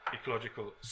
Ecological